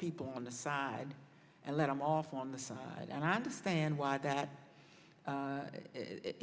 people on the side and let em off on the side and i understand why that